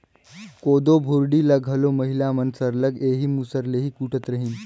कोदो भुरडी ल घलो महिला मन सरलग एही मूसर ले ही कूटत रहिन